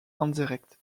indirecte